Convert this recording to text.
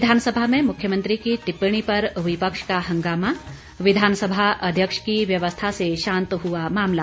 विधानसभा में मुख्यमंत्री की टिप्पणी पर विपक्ष का हंगामा विधानसभा अध्यक्ष की व्यवस्था से शांत हुआ मामला